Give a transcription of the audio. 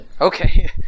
okay